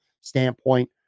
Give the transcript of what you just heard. standpoint